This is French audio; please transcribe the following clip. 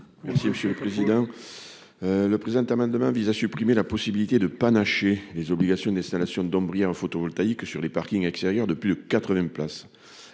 Merci monsieur le président, le président Internet demain vise à supprimer la possibilité de panacher les obligations d'installation donc brillant photovoltaïques sur les parkings extérieurs de plus de 80 places